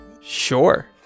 Sure